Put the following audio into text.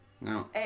No